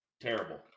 terrible